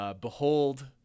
Behold